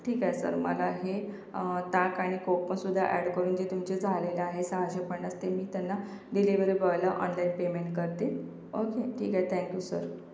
ठीक आहे सर मला हे ताक आणि कोक पण सुद्धा ॲड करून जे तुमचे झालेलं आहे सहाशे पन्नास ते मी त्यांना डिलिव्हरी बॉयला ऑनलाईन पेमेंट करते ओके ठीक आहे थँक यू सर